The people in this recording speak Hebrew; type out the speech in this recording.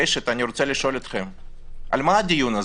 רוצה לשאול אתכם, על מה הדיון הזה?